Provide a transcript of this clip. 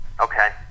Okay